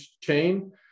chain